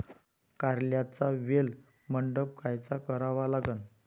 कारल्याचा वेल मंडप कायचा करावा लागन?